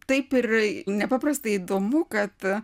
taip ir nepaprastai įdomu kad